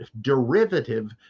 derivative